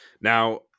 Now